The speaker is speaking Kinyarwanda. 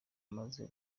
maze